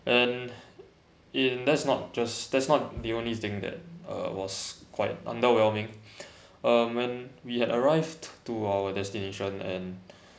and in that's not just that's not the only thing that uh was quite underwhelming um when we had arrived to our destination and